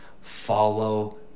follow